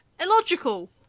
Illogical